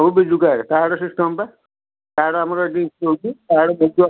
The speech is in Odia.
କଉ ବିଜୁ କାର୍ଡ଼ କାହାର ସିଷ୍ଟମ୍ ଟା କାର୍ଡ଼ ଆମର ଏଠି